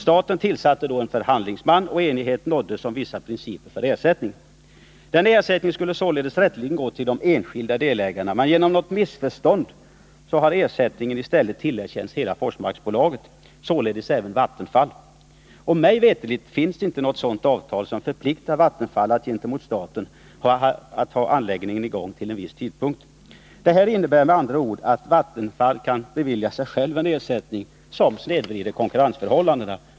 Staten tillsatte då en förhandlingsman, och enighet nåddes om vissa principer för ersättningen. Denna ersättning skulle således rätteligen gå till de enskilda delägarna, men genom något missförstånd har ersättningen i stället tillerkänts hela Forsmarksbolaget, således även Vattenfall. Mig veterligt finns emellertid inte något avtal som förpliktar Vattenfall gentemot staten att ha anläggningen i gång vid en viss tidpunkt. Detta innebär med andra ord att Vattenfall kan bevilja sig självt en ersättning som snedvrider konkurrensförhållandena.